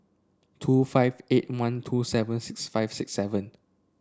two five eight one two seven six five six seven